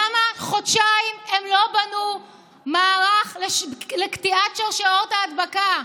למה חודשיים הם לא בנו מערך לקטיעת שרשראות ההדבקה?